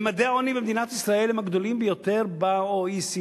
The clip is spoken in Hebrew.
ממדי העוני במדינת ישראל הם הגדולים ביותר ב-OECD.